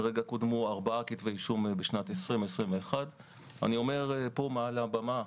כרגע קודמו ארבעה כתבי אישום בשנת 2021. אני אומר פה מעל הבמה,